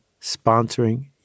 sponsoring